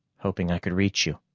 hoping i could reach you.